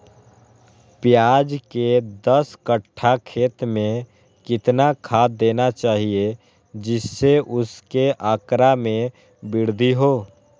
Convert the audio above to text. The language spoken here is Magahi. प्याज के दस कठ्ठा खेत में कितना खाद देना चाहिए जिससे उसके आंकड़ा में वृद्धि हो?